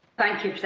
con to